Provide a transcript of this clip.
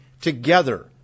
together